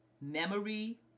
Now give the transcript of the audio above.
memory